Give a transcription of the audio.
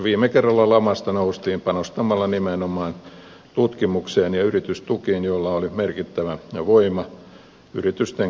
viime kerralla lamasta noustiin panostamalla nimenomaan tutkimukseen ja yritystukiin joilla oli merkittävä voima yritysten kasvun kannalta